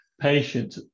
patient